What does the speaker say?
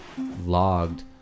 logged